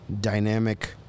dynamic